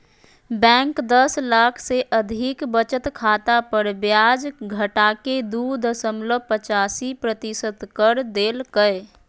bank दस लाख से अधिक बचत खाता पर ब्याज घटाके दू दशमलब पचासी प्रतिशत कर देल कय